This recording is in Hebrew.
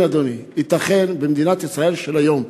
כן, אדוני, ייתכן במדינת ישראל של היום.